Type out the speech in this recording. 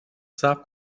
صبر